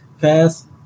pass